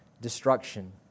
destruction